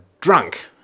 drunk